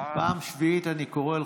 פעם שביעית אני קורא לך,